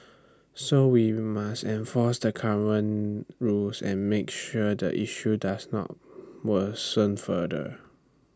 so we must enforce the current rules and make sure the issue does not worsen further